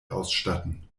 ausstatten